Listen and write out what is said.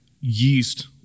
yeast